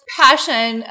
passion